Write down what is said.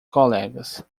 colegas